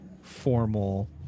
formal